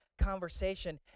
conversation